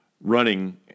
running